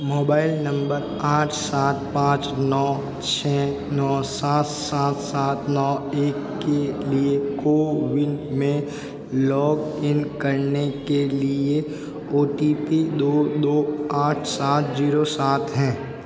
mobile number आठ सात पाँच नौ छः नौ सात सात सात नौ एक के लिए कोविन में लॉगइन करने के लिए ओ टी पी दो दो आठ सात जीरो सात है